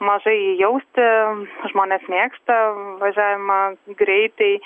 mažai jausti žmonės mėgsta važiavimą greitai